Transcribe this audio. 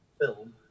film